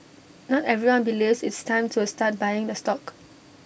not everyone believes it's time to A start buying the stock